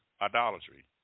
idolatry